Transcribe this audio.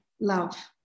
love